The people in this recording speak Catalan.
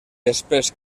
després